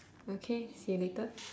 okay see you later